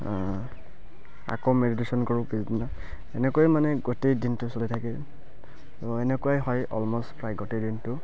আকৌ মেডিটেশ্যন কৰোঁ পিছদিনা এনেকুৱাই মানে গোটেই দিনটো চলি থাকে এনেকুৱাই হয় অলমষ্ট প্ৰায় গোটেই দিনটো